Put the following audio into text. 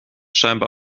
scheinbar